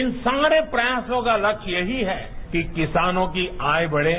इन सारे प्रयासों का विकल्प यही है कि किसानों की आय बढ़े